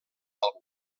àlbum